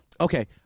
Okay